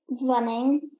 running